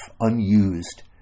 unused